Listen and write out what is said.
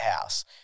house